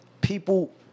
people